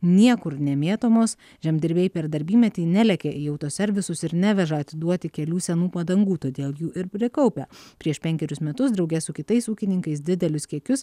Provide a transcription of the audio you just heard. niekur nemėtomos žemdirbiai per darbymetį nelekia į autoservisus ir neveža atiduoti kelių senų padangų todėl jų ir prikaupia prieš penkerius metus drauge su kitais ūkininkais didelius kiekius